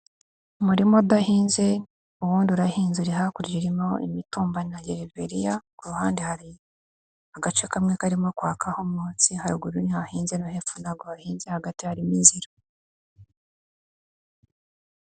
Umurima udahinze, uwundi urahinze uri hakurya urimo imitumba na gereveriya, ku ruhande hari agace kamwe karimo kwakaho umwotsi, haruguru ntihahinze no hepfo ntabwo hahinze, hagati harimo inzira.